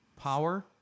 power